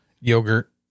yogurt